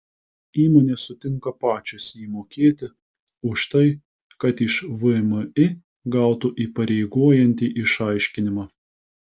įmonės sutinka pačios jį mokėti už tai kad iš vmi gautų įpareigojantį išaiškinimą